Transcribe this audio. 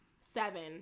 Seven